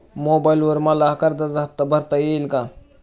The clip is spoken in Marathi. मोबाइलवर मला कर्जाचा हफ्ता भरता येईल का?